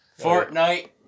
Fortnite